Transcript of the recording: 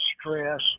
stress